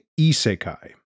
Isekai